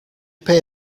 pay